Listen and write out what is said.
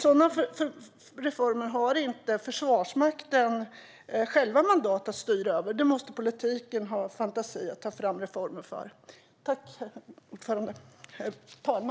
Försvarsmakten har inte själv mandat att styra över detta, utan sådana reformer måste politiken ha fantasi nog att ta fram.